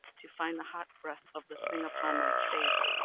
to find the hot breath of the thing upon my face,